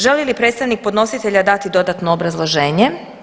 Želi li predstavnik podnositelja dati dodatno obrazloženje?